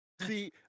See